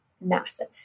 massive